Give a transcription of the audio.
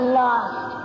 lost